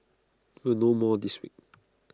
we'll know more this week